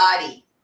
body